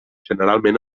generalment